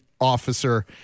officer